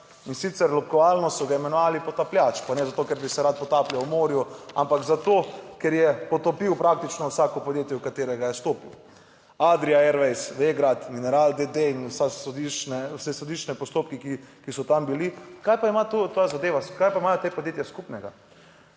in sicer ljubkovalno so ga imenovali Potapljač. Pa ne zato, ker bi se rad potapljal v morju, ampak zato, ker je potopil praktično vsako podjetje, v katerega je stopil. Adria Airways, Vegrad, Mineral d.d., sodiščni postopki, ki so tam bili, kaj pa ima ta zadeva? Kaj pa imajo ta podjetja skupnega?